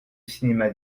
cinéma